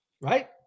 Right